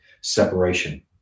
separation